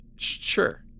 Sure